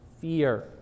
fear